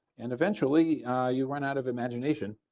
and eventually you run out of imagination,